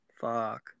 Fuck